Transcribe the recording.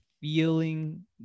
feeling